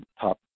top